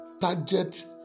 target